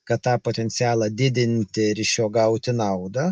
kad tą potencialą didinti ir iš jo gauti naudą